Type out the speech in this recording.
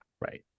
Right